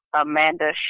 Amanda